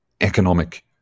economic